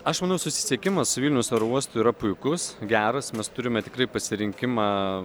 aš manau susisiekimas su vilniaus oro uostu yra puikus geras mes turime tikrai pasirinkimą